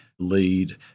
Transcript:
lead